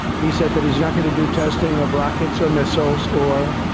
he said that he's not going to do testing of rockets or missiles or